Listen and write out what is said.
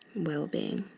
well-being.